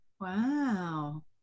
Wow